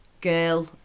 girl